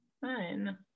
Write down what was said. Fine